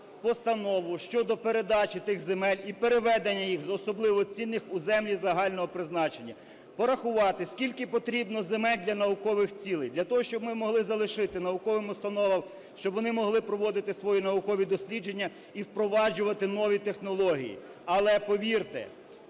постанову щодо передачі тих земель і переведення їх з особливо цінних у землі загального призначення. Порахувати, скільки потрібно земель для наукових цілей для того, щоб ми могли залишити науковим установам, щоб вони могли проводити свої наукові дослідження і впроваджувати нові технології. Але повірте,